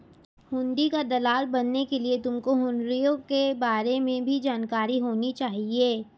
हुंडी का दलाल बनने के लिए तुमको हुँड़ियों के बारे में भी जानकारी होनी चाहिए